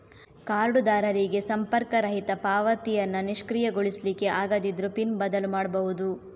ಕಾರ್ಡುದಾರರಿಗೆ ಸಂಪರ್ಕರಹಿತ ಪಾವತಿಯನ್ನ ನಿಷ್ಕ್ರಿಯಗೊಳಿಸ್ಲಿಕ್ಕೆ ಆಗದಿದ್ರೂ ಪಿನ್ ಬದಲು ಮಾಡ್ಬಹುದು